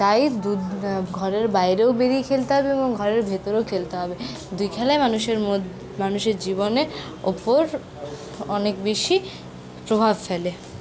তাই ঘরের বাইরেও বেড়িয়ে খেলতে হবে এবং ঘরের ভেতরেও খেলতে হবে দুই খেলা মানুষের মানুষের জীবনের উপর অনেক বেশি প্রভাব ফেলে